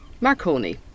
Marconi